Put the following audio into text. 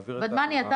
ודמני, אתה